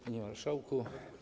Panie Marszałku!